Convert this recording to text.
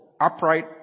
upright